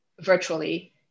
virtually